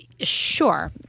Sure